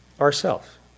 ourself